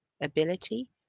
Ability